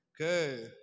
Okay